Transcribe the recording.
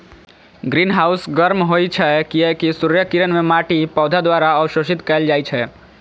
greenhouse गर्म होइ छै, कियैकि सूर्यक किरण कें माटि, पौधा द्वारा अवशोषित कैल जाइ छै